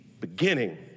beginning